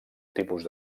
tipus